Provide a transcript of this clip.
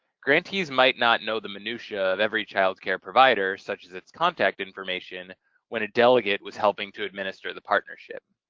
grantees might not know the minutiae of every child care provider, such as its contact information when a delegate was helping to administer the partnership.